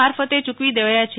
મારફતે યુકવી દેવાયા છે